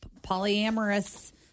polyamorous